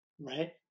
right